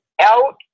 out